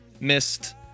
missed